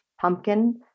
pumpkin